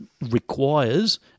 requires